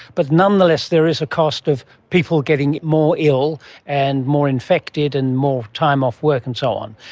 but nonetheless there is a cost of people getting more ill and more infected and more time off work and so on.